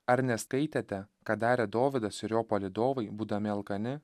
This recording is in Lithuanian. ar neskaitėte ką darė dovydas ir jo palydovai būdami alkani